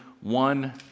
one